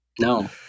No